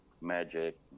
magic